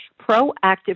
Proactive